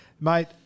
Mate